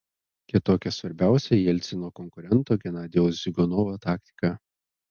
kitokia svarbiausio jelcino konkurento genadijaus ziuganovo taktika